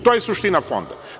To je suština fonda.